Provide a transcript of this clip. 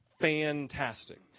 Fantastic